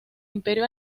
imperio